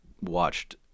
watched